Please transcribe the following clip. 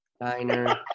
diner